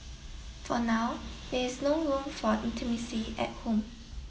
for now there is no room for intimacy at home